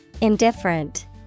Indifferent